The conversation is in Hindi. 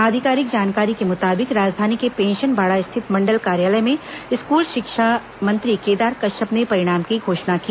आधिकारिक जानकारी के मुताबिक राजधानी के पेंशनबाड़ा स्थित मंडल कार्यालय में स्कूल शिक्षा मंत्री केदार कश्यप ने परिणाम की घोषणा की